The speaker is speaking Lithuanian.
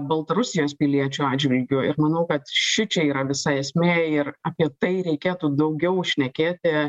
baltarusijos piliečių atžvilgiu ir manau kad šičia yra visa esmė ir apie tai reikėtų daugiau šnekėti